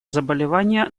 заболевание